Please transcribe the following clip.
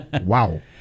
wow